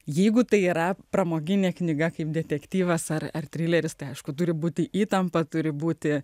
jeigu tai yra pramoginė knyga kaip detektyvas ar trileris tai aišku turi būti įtampa turi būti